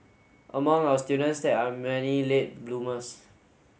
among our students there are many late bloomers